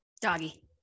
Doggy